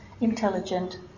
intelligent